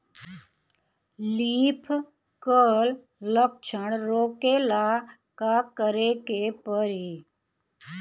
Leaf curl लक्षण रोकेला का करे के परी?